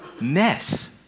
mess